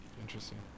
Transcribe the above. Interesting